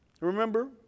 Remember